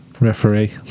Referee